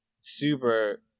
super